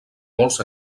molts